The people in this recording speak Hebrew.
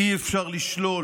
אי-אפשר לשלול